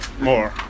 more